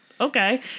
Okay